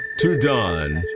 to don,